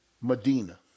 Medina